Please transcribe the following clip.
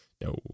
No